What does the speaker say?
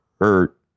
hurt